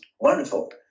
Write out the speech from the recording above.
wonderful